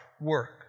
work